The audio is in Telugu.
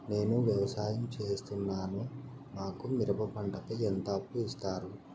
నేను వ్యవసాయం సేస్తున్నాను, మాకు మిరప పంటపై ఎంత అప్పు ఇస్తారు